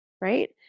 right